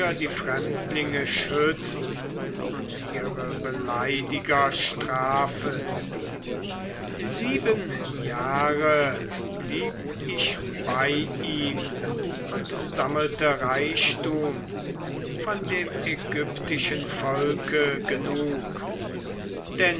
die fremdlinge schützt und ihre beleidiger strafet sieben jahre blieb ich bei ihm und sammelte reichtum von dem aigyptischen volke genug